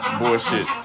bullshit